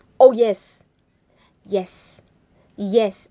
oh yes yes yes